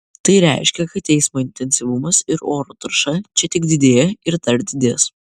tai reiškia kad eismo intensyvumas ir oro tarša čia tik didėja ir dar didės